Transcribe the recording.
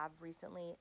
recently